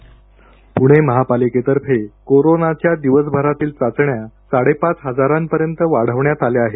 प्णे महापालिकेतर्फे कोरोनाच्या दिवसभरातील चाचण्या साडेपाच हजारापर्यंत वाढवण्यात आल्या आहेत